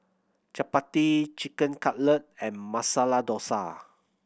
Chapati Chicken Cutlet and Masala Dosa